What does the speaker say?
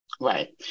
Right